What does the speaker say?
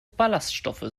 ballaststoffe